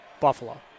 Buffalo